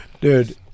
Dude